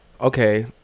okay